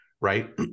Right